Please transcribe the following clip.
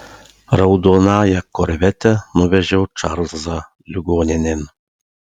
raudonąja korvete nuvežiau čarlzą ligoninėn